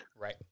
Right